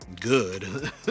good